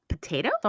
Potato